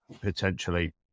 potentially